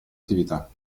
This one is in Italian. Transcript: attività